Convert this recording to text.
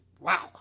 Wow